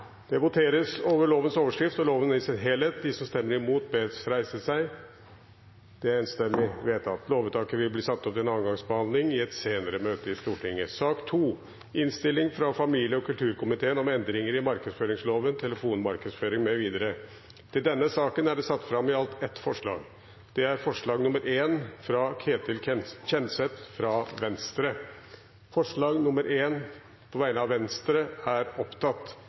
Det voteres over lovens overskrift og loven i sin helhet. Lovvedtaket vil bli satt opp til andre gangs behandling i et senere møte i Stortinget. Under debatten er det satt fram ett forslag. Det er forslag nr. 1, fra Ketil Kjenseth på vegne av Venstre.